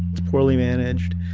it's poorly managed.